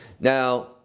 now